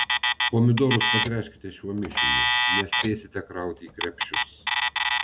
pomidorus patręškite šiuo mišiniu nespėsite krauti į krepšius